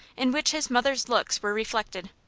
in which his mother's looks were reflected.